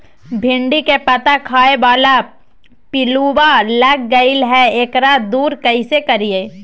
भिंडी के पत्ता खाए बाला पिलुवा लग गेलै हैं, एकरा दूर कैसे करियय?